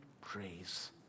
praise